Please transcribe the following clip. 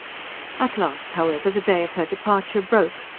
at last, however, the day of her departure broke,